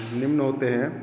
निम्न होते हैं